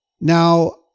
Now